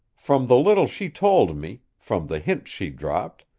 from the little she told me, from the hints she dropped,